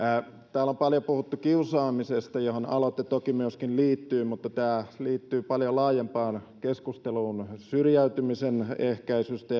täällä on paljon puhuttu kiusaamisesta johon aloite toki myöskin liittyy mutta tämä liittyy paljon laajempaan keskusteluun syrjäytymisen ehkäisystä